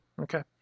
Okay